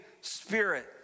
Spirit